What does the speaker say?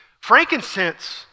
Frankincense